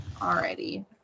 Alrighty